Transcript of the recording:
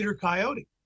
Coyote